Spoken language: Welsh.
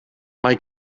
mae